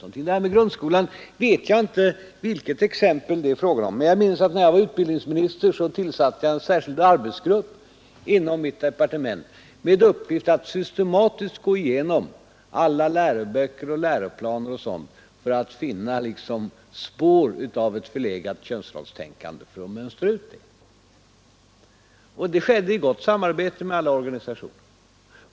När det gäller grundskolan vet jag inte vilket exempel det är fråga om, men jag minns att när jag var utbildningsminister tillsatte jag en särskild arbetsgrupp inom mitt departement med uppgift att systematiskt gå igenom alla läroböcker, läroplaner och sådant för att spåra resterna av ett förlegat könsrollstänkande och mönstra ut dem. Det skedde i gott samarbete med alla organisationer.